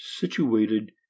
situated